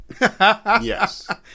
Yes